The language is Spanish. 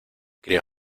cría